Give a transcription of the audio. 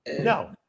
No